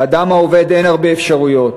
לאדם העובד אין הרבה אפשרויות: